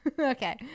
okay